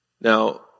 Now